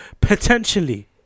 Potentially